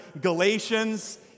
Galatians